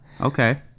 Okay